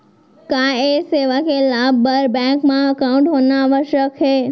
का ये सेवा के लाभ बर बैंक मा एकाउंट होना आवश्यक हे